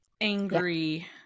angry